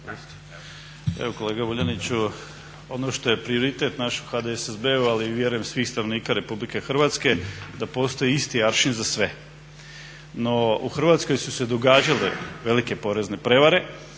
Evo kolega Vuljaniću, ono što je prioritet naš u HDSSB-u ali vjerujem svih stanovnika Rh da postoji isti aršin za sve. No, u Hrvatskoj su se događale velike porezne prevare